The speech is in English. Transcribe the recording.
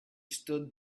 stood